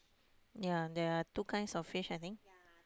yea there are two kinds of fish I think